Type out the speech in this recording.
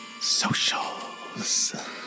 socials